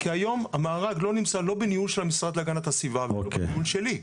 כי היום המארג לא נמצא לא בניהול של המשרד להגנת הסביבה ולא בניהול שלי.